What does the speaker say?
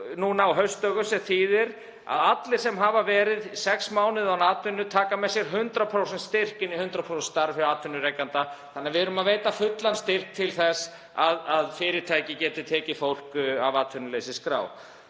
nú á haustdögum sem þýðir að allir sem hafa verið sex mánuði án atvinnu taka með sér 100% styrk inn í 100% starf hjá atvinnurekanda. Við erum að veita fullan styrk til þess að fyrirtæki geti tekið fólk af atvinnuleysisskrá.